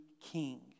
king